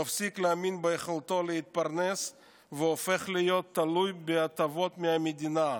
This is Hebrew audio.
מפסיק להאמין ביכולתו להתפרנס והופך להיות תלוי בהטבות מהמדינה.